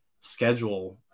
schedule